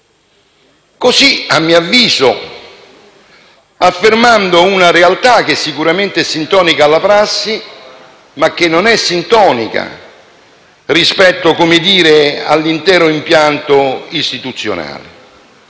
così a mio avviso affermando una realtà che sicuramente è sintonica alla prassi ma non rispetto all'intero impianto istituzionale.